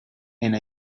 and